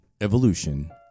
evolution